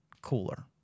cooler